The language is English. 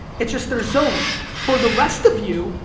it's just their zone. for the rest of you,